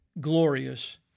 glorious